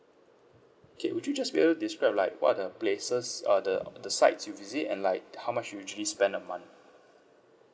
K would you just be able to describe like what are the places uh the the sites you visit and like how much you usually spend a month